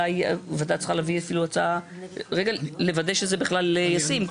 הוועדה צריכה להביא הצעה לוודא שזה בכלל ישים.